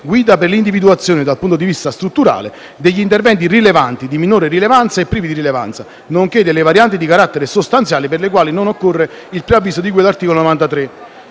guida per l'individuazione, dal punto di vista strutturale, degli interventi rilevanti, di minore rilevanza e privi di rilevanza, nonché delle varianti di carattere sostanziale per le quali non occorre il preavviso di cui all'articolo 93.